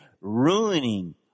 ruining